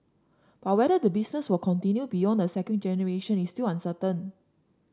but whether the business will continue beyond the second generation is still uncertain